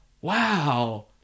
wow